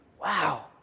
Wow